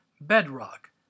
Bedrock